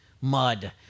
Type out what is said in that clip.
mud